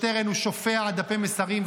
שטרן הוא שופע דפי מסרים,